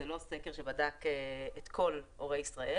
זה לא סקר שבדק את כל הורי ישראל